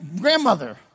grandmother